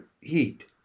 heat